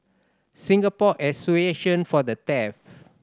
Singapore Association For The Deaf